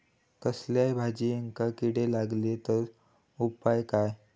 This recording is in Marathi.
कसल्याय भाजायेंका किडे लागले तर उपाय काय?